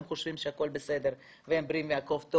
הם חושבים שהכול בסדר והם בריאים והכול טוב,